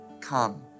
come